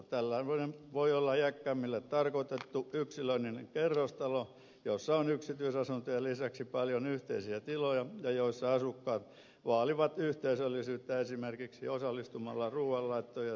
tällainen voi olla iäkkäämmille tarkoitettu yksilöllinen kerrostalo jossa on yksityisasuntojen lisäksi paljon yhteisiä tiloja ja jossa asukkaat vaalivat yhteisöllisyyttä esimerkiksi osallistumalla ruuanlaittoon ja siivoukseen